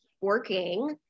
working